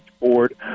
board